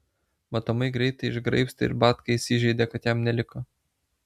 matomai greitai išgraibstė ir batka įsižeidė kad jam neliko